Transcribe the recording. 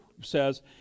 says